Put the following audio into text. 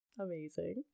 amazing